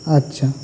ᱟᱪᱷᱟ